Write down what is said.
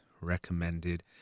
recommended